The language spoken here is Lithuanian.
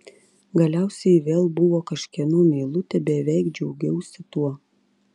galiausiai ji vėl buvo kažkieno meilutė beveik džiaugiausi tuo